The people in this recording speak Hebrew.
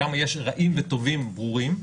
שם יש רעים וטובים ברורים,